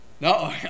No